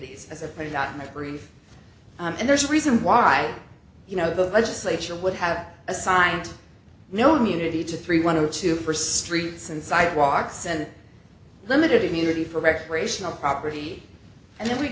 ies as a player not in the brief and there's a reason why you know the legislature would have assigned no unity to three one or two for streets and sidewalks and limited immunity for recreational property and then we